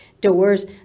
doors